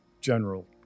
General